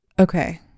Okay